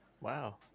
Wow